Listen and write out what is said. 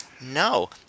No